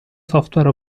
software